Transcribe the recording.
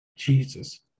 Jesus